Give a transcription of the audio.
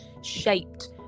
shaped